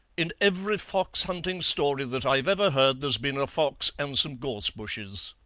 in every fox-hunting story that i've ever heard there's been a fox and some gorse-bushes.